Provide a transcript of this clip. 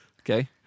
Okay